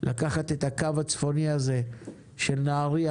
לקחת את הקו הצפוני הזה של נהריה,